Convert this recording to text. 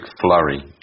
flurry